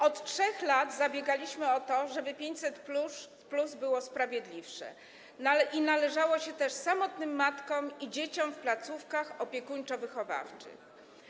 Od 3 lat zabiegaliśmy o to, żeby 500+ było sprawiedliwsze i należało się też samotnym matkom i dzieciom w placówkach opiekuńczo-wychowawczych.